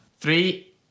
three